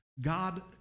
God